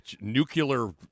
nuclear